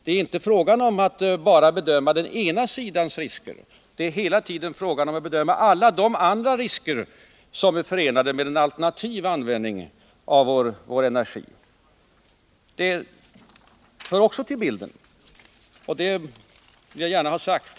Man kan inte bedöma bara den ena sidans risker. Det är hela tiden fråga om att bedöma alla de risker som är förenade med en alternativ användning av vår energi. Det hör också till bilden, och det vill jag gärna ha sagt.